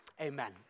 Amen